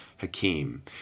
Hakeem